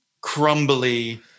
crumbly